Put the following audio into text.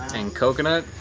and coconut